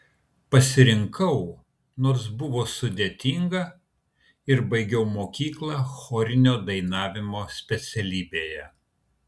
pasirinkau nors buvo sudėtinga ir baigiau mokyklą chorinio dainavimo specialybėje